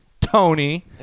Tony